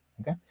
Okay